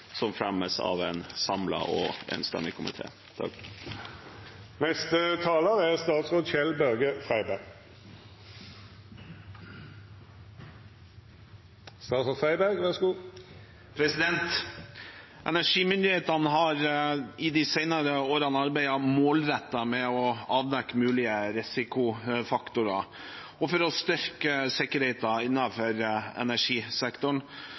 som fremmes av en enstemmig komité. Energimyndighetene har i de senere årene arbeidet målrettet med å avdekke mulige risikofaktorer og for å styrke sikkerheten innenfor energisektoren.